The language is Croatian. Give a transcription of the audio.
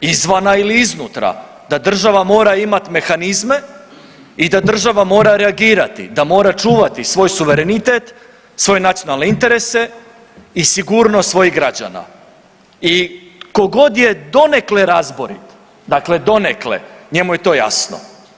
izvana ili iznutra da država mora imati mehanizme i da država mora reagirati, da mora čuvati svoj suverenitet, svoje nacionalne interese i sigurnost svojih građana i tko god je donekle razborit, dakle donekle, njemu je to jasno.